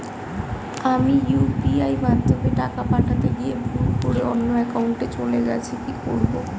আমি ইউ.পি.আই মাধ্যমে টাকা পাঠাতে গিয়ে ভুল করে অন্য একাউন্টে চলে গেছে কি করব?